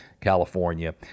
california